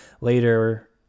later